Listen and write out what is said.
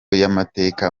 y’amateka